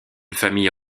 famille